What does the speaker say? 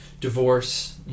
divorce